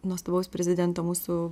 nuostabaus prezidento mūsų